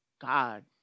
God